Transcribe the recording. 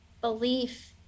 belief